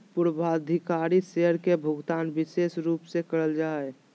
पूर्वाधिकारी शेयर के भुगतान विशेष रूप से करल जा हय